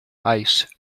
ice